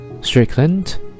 Strickland